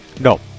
no